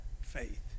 faith